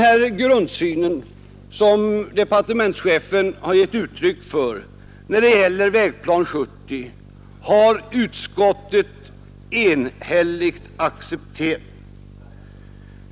Den grundsyn som departementschefen givit uttryck för när det gäller Vägplan 1970 har utskottet enhälligt accepterat.